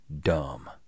dumb